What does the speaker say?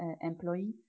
employee